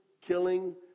Killing